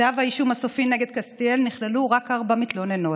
בכתב האישום הסופי נגד קסטיאל נכללו רק ארבע מתלוננות,